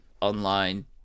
online